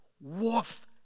Worth